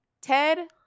ted